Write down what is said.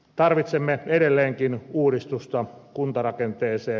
tarvitsemme edelleenkin uudistusta kuntarakenteeseen